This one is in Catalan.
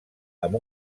amb